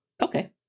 Okay